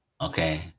okay